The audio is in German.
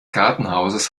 gartenhauses